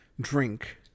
drink